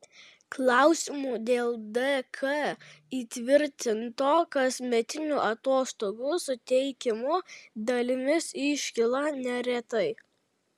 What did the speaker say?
klausimų dėl dk įtvirtinto kasmetinių atostogų suteikimo dalimis iškyla neretai